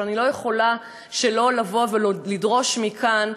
אבל אני לא יכולה שלא לבוא ולדרוש מכאן: